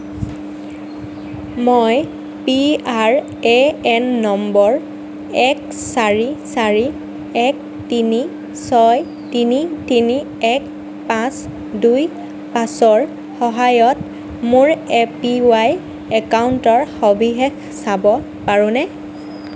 মই P R A N নম্বৰ এক চাৰি চাৰি এক তিনি ছয় তিনি তিনি এক পাঁচ দুই পাঁচৰ সহায়ত মোৰ এ পি ৱাই একাউণ্টৰ সবিশেষ চাব পাৰোঁনে